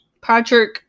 Patrick